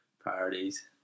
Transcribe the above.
priorities